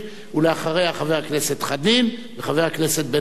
אחריה, חבר הכנסת חנין וחבר הכנסת בן-ארי.